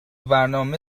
برنامه